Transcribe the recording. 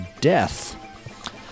Death